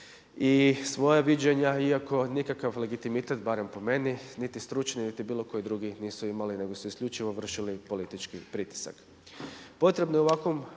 i svoja viđenja iako nikakav legitimitet barem po meni niti stručni niti bilo koji drugi nisu imali nego su isključivo vršili politički pritisak. Potrebno je u ovakvom